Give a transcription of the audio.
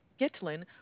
Gitlin